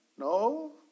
No